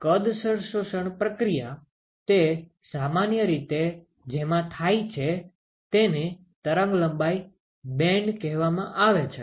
કદસર શોષણ પ્રક્રિયા તે સામાન્ય રીતે જેમાં થાય છે તેને તરંગલંબાઇ બેન્ડ કહેવામાં આવે છે